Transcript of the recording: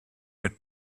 your